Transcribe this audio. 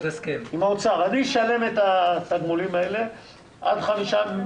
אני אשלם את התגמולים האלה עד חמישה מיליון.